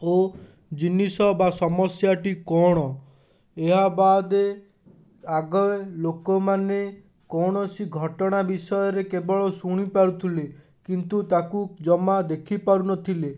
ଓ ଜିନିଷ ବା ସମସ୍ୟାଟି କ'ଣ ଏହା ବାଦ୍ ଆଗେ ଲୋକମାନେ କୌଣସି ଘଟଣା ବିଷୟରେ କେବଳ ଶୁଣି ପାରୁଥିଲେ କିନ୍ତୁ ତାକୁ ଯମା ଦେଖିପାରୁ ନଥିଲେ